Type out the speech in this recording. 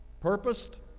purposed